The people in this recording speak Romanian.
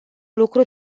lucru